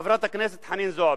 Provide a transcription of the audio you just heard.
חברת הכנסת חנין זועבי,